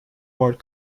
part